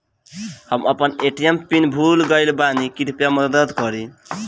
हम अपन ATM PIN भूल गएल बानी, कृपया मदद करीं